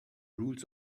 rules